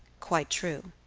quite true.